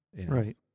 Right